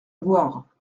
boire